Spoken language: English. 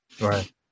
right